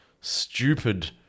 stupid